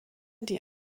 die